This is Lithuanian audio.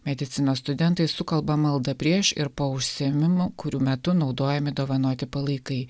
medicinos studentai sukalba maldą prieš ir po užsiėmimų kurių metu naudojami dovanoti palaikai